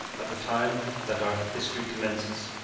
at the time that our history commences.